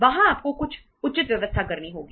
वहां आपको कुछ उचित व्यवस्था करनी होगी